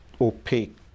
opaque